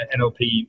NLP